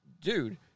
Dude